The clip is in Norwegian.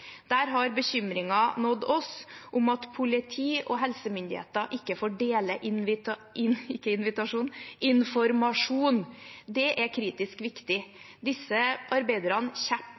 Der har en bekymring nådd oss om at politi og helsemyndigheter ikke får dele informasjon. Det er kritisk viktig. Disse arbeiderne